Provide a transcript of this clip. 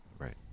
Right